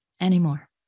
anymore